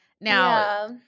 now